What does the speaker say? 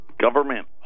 Government